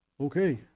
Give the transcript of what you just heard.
okay